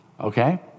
Okay